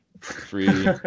Free